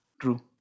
true